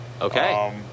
okay